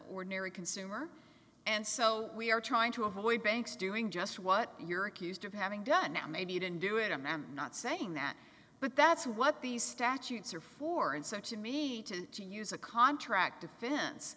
ordinary consumer and so we are trying to avoid banks doing just what you're accused of having done now maybe you didn't do it i'm am not saying that but that's what these statutes are for and sent to me to use a contract defense